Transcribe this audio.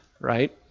right